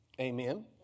Amen